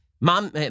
Mom